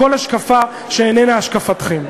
כל השקפה שאיננה השקפתכם.